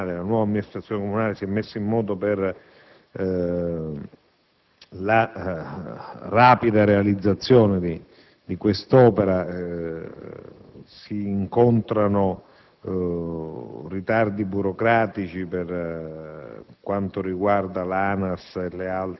adesso che la nuova Amministrazione comunale si è messa in moto per la rapida realizzazione di quest'opera si incontrano ritardi burocratici per